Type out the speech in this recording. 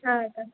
हां का